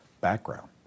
background